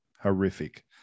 horrific